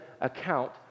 account